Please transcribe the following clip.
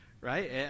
right